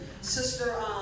Sister